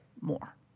more